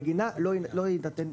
בגינה לא יינתן פיצוי.